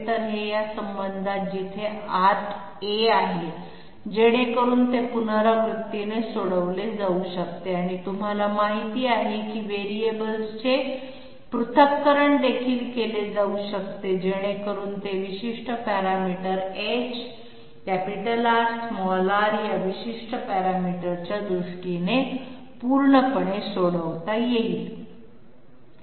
तर हे या संबंधात जिथे आत A आहेजेणेकरुन ते पुनरावृत्तीने सोडवले जाऊ शकते किंवा तुम्हाला माहित आहे की व्हेरिएबल्सचे पृथक्करण देखील केले जाऊ शकते जेणेकरुन ते विशिष्ट पॅरामीटर h R r या विशिष्ट पॅरामीटरच्या दृष्टीने पूर्णपणे सोडवता येईल